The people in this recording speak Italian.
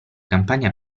campagna